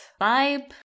vibe